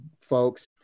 folks